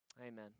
Amen